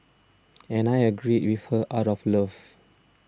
and I agreed with her out of love